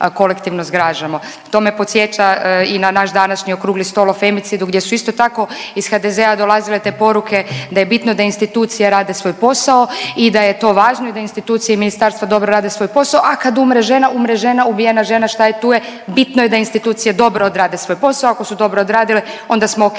To me podsjeća i na naš današnji okrugli stol o femicidu gdje su isto tako iz HDZ-a dolazile te poruke da je bitno da institucije rade svoj posao i da je to važno i da institucije i ministarstva dobro rade svoj posao, a kad umre žena, umre žena, ubijena žena šta je tu je, bitno je da institucije dobro odrade svoj posao. Ako su dobro odradile onda smo ok,